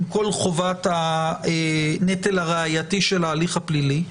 עם כל חובת הנטל הראייתי של ההליך הפלילי,